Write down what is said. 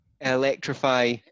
electrify